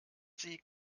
sie